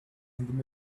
and